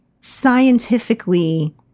scientifically